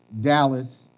Dallas